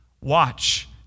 Watch